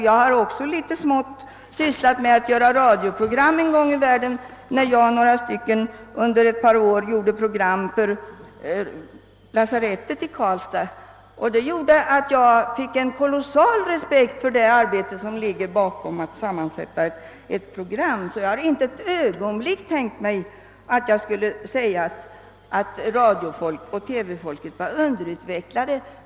Jag har också litet smått sysslat med att göra radioprogram en gång i världen när jag och några andra under ett par år gjorde program för lasarettet i Karlstad. Jag fick då en kolossalt stor respekt för det arbete som ligger bakom sammanställningen av ett radioprogram. Jag har alltså inte ett ögonblick haft den uppfattningen att radiooch TV-folket var underutvecklat.